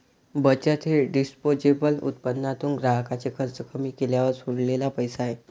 बचत हे डिस्पोजेबल उत्पन्नातून ग्राहकाचे खर्च कमी केल्यावर सोडलेला पैसा आहे